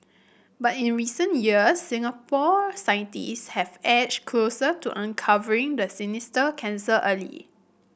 but in recent years Singapore scientist have edged closer to uncovering the sinister cancer early